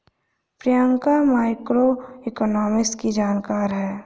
Priyanka macroeconomics की जानकार है